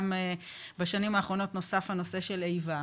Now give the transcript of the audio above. ובשנים האחרונות נוסף הנושא של איבה,